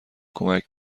کمک